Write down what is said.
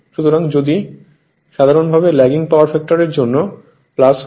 সুতরাং যদি সাধারণভাবে ল্যাগিং পাওয়ার ফ্যাক্টর এর জন্য হয়